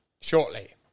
shortly